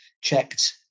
checked